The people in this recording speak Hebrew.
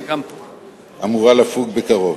אמורה לפוג בקרוב.